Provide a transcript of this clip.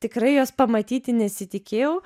tikrai jos pamatyti nesitikėjau